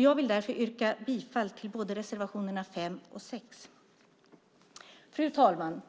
Jag vill därför yrka bifall till både reservation 5 och 6. Fru talman!